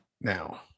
Now